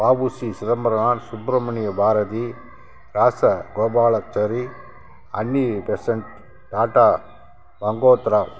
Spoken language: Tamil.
வ உ சி சிதம்பரனார் சுப்பிரமணிய பாரதி ராசகோபாலாச்சாரி அன்னிபெசண்ட் டாட்டா ரங்கோத்ரா